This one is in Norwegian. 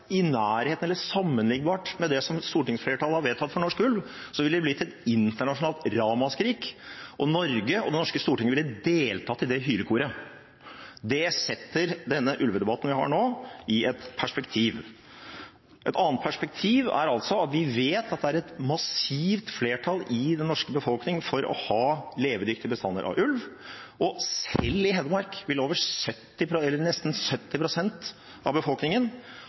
i nærheten av eller sammenlignbart med det som stortingsflertallet har vedtatt for norsk ulv, ville det blitt et internasjonalt ramaskrik, og Norge og Det norske storting ville deltatt i det hylekoret. Det setter denne ulvedebatten som vi har nå, i et perspektiv. Et annet perspektiv er at vi vet at det er et massivt flertall i den norske befolkning for å ha levedyktige bestander av ulv. Selv i Hedmark vil nesten 70 pst. av befolkningen